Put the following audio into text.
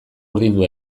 urdindu